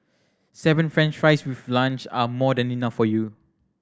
seven french fries with lunch are more than enough for you